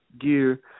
gear